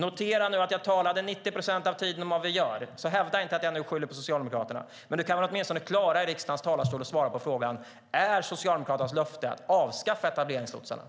Notera nu att jag 90 procent av tiden talade om vad vi gör, så hävda inte att jag nu skyller på Socialdemokraterna. Men du kan väl ändå i riksdagens talarstol klara att svara på frågan: Är Socialdemokraternas löfte att avskaffa etableringslotsarna?